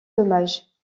dommages